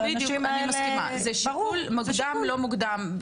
אבל מוקדם או לא מקודם,